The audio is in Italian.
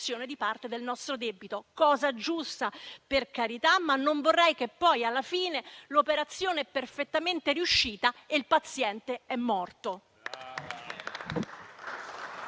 di parte del nostro debito. Cosa giusta, per carità; ma non vorrei che poi, alla fine, l'operazione fosse perfettamente riuscita e il paziente morto.